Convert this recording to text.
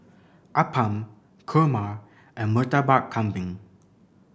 appam kurma and Murtabak Kambing